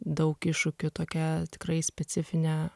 daug iššūkių tokia tikrai specifine